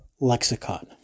lexicon